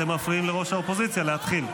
אתם מפריעים לראש האופוזיציה להתחיל.